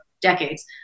decades